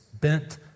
bent